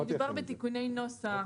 מדובר בתיקוני נוסח,